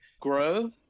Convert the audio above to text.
grow